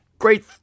Great